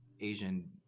Asian